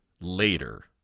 later